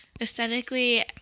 aesthetically